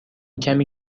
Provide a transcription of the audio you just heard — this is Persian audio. کمی